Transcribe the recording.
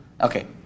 Okay